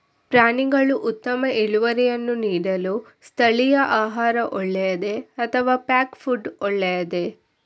ಪ್ರಾಣಿಗಳು ಉತ್ತಮ ಇಳುವರಿಯನ್ನು ನೀಡಲು ಸ್ಥಳೀಯ ಆಹಾರ ಒಳ್ಳೆಯದೇ ಅಥವಾ ಪ್ಯಾಕ್ ಫುಡ್ ಒಳ್ಳೆಯದೇ?